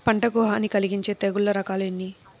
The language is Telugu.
పంటకు హాని కలిగించే తెగుళ్ల రకాలు ఎన్ని?